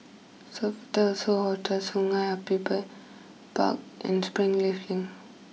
Sofitel So Hotel Sungei Api Park and Springleaf Link